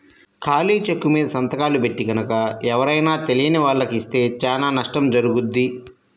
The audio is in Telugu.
ఖాళీ చెక్కుమీద సంతకాలు పెట్టి గనక ఎవరైనా తెలియని వాళ్లకి ఇస్తే చానా నష్టం జరుగుద్ది